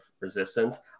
resistance